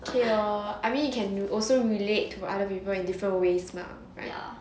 okay lor I mean you can also relate to other people in different ways mah right